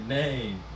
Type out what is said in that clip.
name